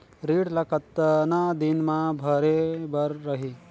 ऋण ला कतना दिन मा भरे बर रही?